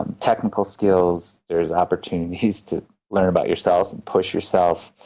and technical skills, there's opportunities to learn about yourself and push yourself.